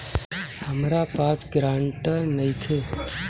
हमरा पास ग्रांटर नइखे?